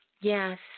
Yes